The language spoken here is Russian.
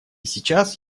сейчас